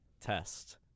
Test